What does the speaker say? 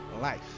life